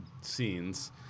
scenes